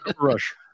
Rush